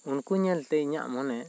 ᱩᱱᱠᱩ ᱧᱮᱞ ᱛᱮ ᱤᱧᱟᱹᱜ ᱢᱚᱱᱮ